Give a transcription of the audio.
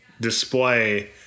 display